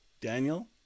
Daniel